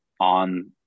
on